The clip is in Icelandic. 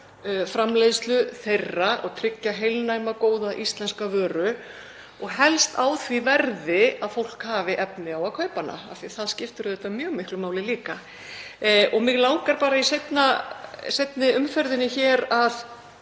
framleiðslu þeirra og tryggja heilnæma góða íslenska vöru og helst á því verði að fólk hafi efni á að kaupa hana, af því að það skiptir auðvitað mjög miklu máli líka. Mig langar í seinni umferðinni að